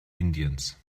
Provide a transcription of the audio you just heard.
indiens